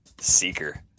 Seeker